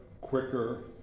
quicker